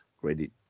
credit